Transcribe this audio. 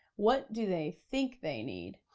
what do they think they need?